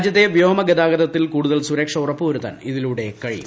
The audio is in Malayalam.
രാജ്യത്തെ വ്യോമഗ്താഗതത്തിൽ കൂടുതൽ സുരക്ഷ ഉറപ്പുവരുത്താൻ ഇതിലൂടെ കഴിയും